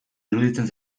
iruditzen